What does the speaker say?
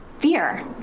fear